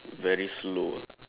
very slow ah